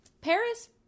Paris